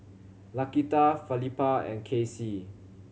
Laquita Felipa and Kaycee